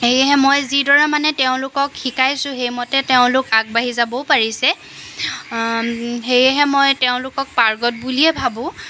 সেয়েহে মানে মই যিদৰে মানে তেওঁলোকক শিকাইছোঁ সেইমতে তেওঁলোক আগবাঢ়ি যাবও পাৰিছে সেয়েহে মই তেওঁলোকক পাৰ্গত বুলিয়ে ভাবোঁ